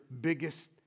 biggest